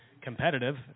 competitive